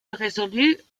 résolus